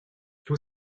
tout